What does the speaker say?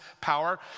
power